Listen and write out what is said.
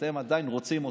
אתם עדיין רוצים אותם?